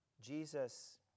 Jesus